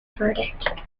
verdict